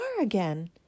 again